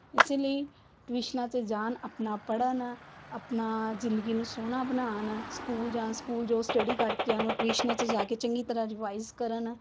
ਇਸੇ ਲਈ ਟਿਊਸ਼ਨਾਂ 'ਚ ਜਾਣ ਆਪਣਾ ਪੜ੍ਹਨ ਆਪਣਾ ਜ਼ਿੰਦਗੀ ਨੂੰ ਸੋਹਣਾ ਬਣਾਉਣ ਸਕੂਲ ਜਾਂ ਸਕੂਲ ਜੋ ਸਟੱਡੀ ਕਰਕੇ ਉਹਨੂੰ ਟਿਊਸ਼ਨਾਂ 'ਚ ਜਾ ਕੇ ਚੰਗੀ ਤਰ੍ਹਾਂ ਰਿਵਾਈਜ਼ ਕਰਨ